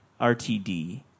RTD